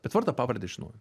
bet vardą pavardę žinojo